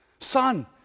son